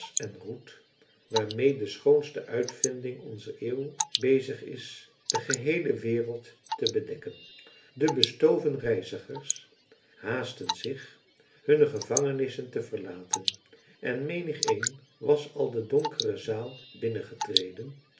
en roet waarmêe de schoonste uitvinding onzer eeuw bezig is de geheele wereld te bedekken de bestoven reizigers haastten zich hunne gevangenissen te verlaten en menigeen was al de donkere zaal